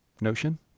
Notion